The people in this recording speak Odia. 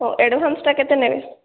ହେଉ ଆଡ଼ଭାନ୍ସଟା କେତେ ନେବେ